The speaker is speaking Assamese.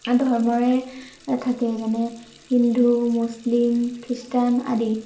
ধৰ্মৰে থাকে যেনে হিন্দু মুছলিম খ্ৰীষ্টান আদি